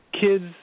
Kids